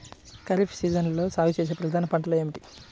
ఖరీఫ్ సీజన్లో సాగుచేసే ప్రధాన పంటలు ఏమిటీ?